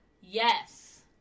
Yes